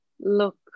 look